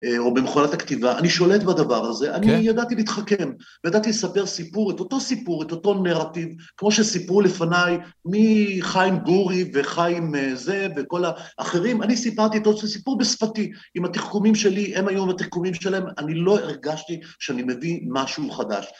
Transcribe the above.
או במכונת הכתיבה, אני שולט בדבר הזה, אני ידעתי להתחכם, וידעתי לספר סיפור, את אותו סיפור, את אותו נרטיב, כמו שסיפרו לפניי מחיים גורי וחיים זה וכל האחרים, אני סיפרתי את אותו סיפור בשפתי, אם התחכומים שלי הם היו עם התחכומים שלהם, אני לא הרגשתי שאני מביא משהו חדש.